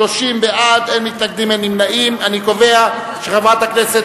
הצעת ועדת הכנסת לבחור את חברת הכנסת